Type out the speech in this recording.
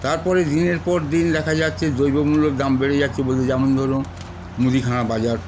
তার পরে দিনের পর দিন দেখা যাচ্ছে দ্রব্য মূল্যর দাম বেড়ে যাচ্ছে বলতে যেমন ধরুন মুদিখানা বাজার